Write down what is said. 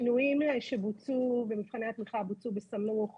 השינויים שבוצעו במבחני התמיכה בוצעו בסמוך